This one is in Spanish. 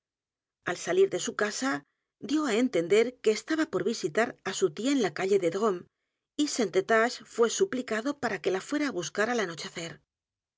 al salir de su casa dio á entender que estaba por visitar á su tía en la calle de drómes y st eustache fué suplicado para que la fuera á buscar al